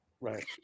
right